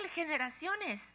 generaciones